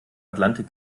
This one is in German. atlantik